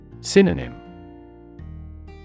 Synonym